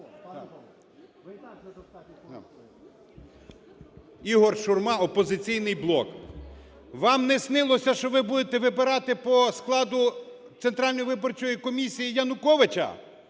Ігор Шурма, "Опозиційний блок". Вам не снилося, що ви будете вибирати по складу Центральної виборчої комісії Януковича,